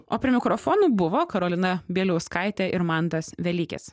o prie mikrofonų buvo karolina bieliauskaitė ir mantas velykis